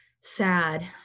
sad